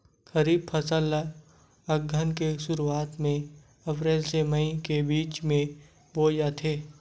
खरीफ फसल ला अघ्घन के शुरुआत में, अप्रेल से मई के बिच में बोए जाथे